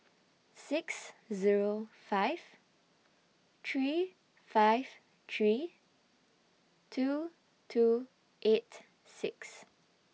six Zero five three five three two two eight six